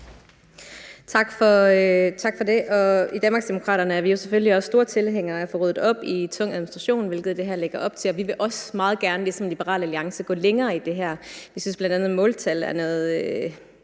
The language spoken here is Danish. Tak for det. I Danmarksdemokraterne er vi selvfølgelig også store tilhængere af at få ryddet op i tung administration, hvilket det her lægger op til. Vi vil også meget gerne ligesom Liberal Alliance gå længere i det her. Vi synes, bl.a. at måltal er noget